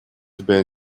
тебя